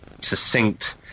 succinct